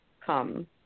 come